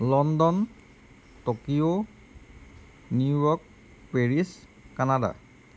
London Tokyo New York Paris Canada